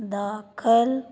ਦਾਖਲ